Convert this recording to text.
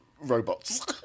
robots